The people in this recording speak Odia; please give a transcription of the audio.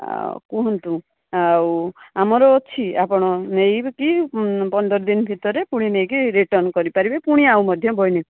ଆଉ କୁହନ୍ତୁ ଆଉ ଆମର ଅଛି ଆପଣ ନେଇକି ପନ୍ଦର ଦିନ ଭିତରେ ପୁଣି ନେଇକି ରିଟର୍ଣ୍ଣ କରିପାରିବେ ପୁଣି ଆଉ ମଧ୍ୟ ବହି ନେଇ